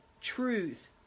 truth